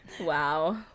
Wow